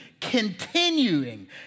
Continuing